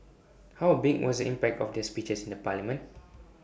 how big was impact of their speeches in the parliament